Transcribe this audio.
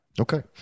Okay